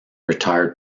retired